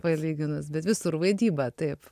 palyginus bet visur vaidyba taip